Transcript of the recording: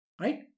Right